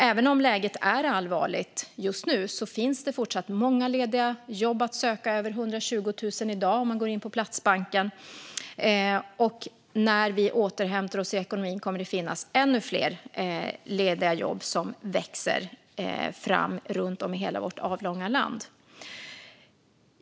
Även om läget är allvarligt just nu finns det fortfarande många lediga jobb att söka - över 120 000 i dag på Platsbanken. Och när vi återhämtar oss i ekonomin kommer ännu fler lediga jobb att växa fram i hela vårt avlånga land.